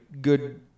good